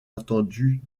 attendu